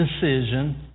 decision